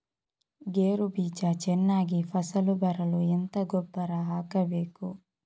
ಗೇರು ಬೀಜ ಚೆನ್ನಾಗಿ ಫಸಲು ಬರಲು ಎಂತ ಗೊಬ್ಬರ ಹಾಕಬೇಕು?